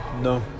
No